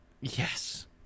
Yes